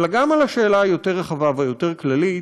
אבל גם על השאלה היותר-רחבה והיותר-כללית: